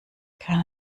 kann